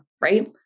right